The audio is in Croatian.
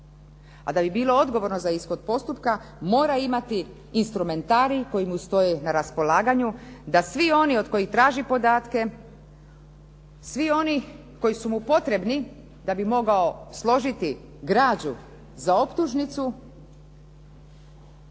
a da bi bilo odgovorno za ishod postupka mora imati instrumentarij koji mu stoji na raspolaganju da svi oni od kojih traži podatke, svi oni koji su mu potrebni da bi mogao složiti građu za optužnicu